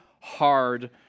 hard